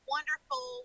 Wonderful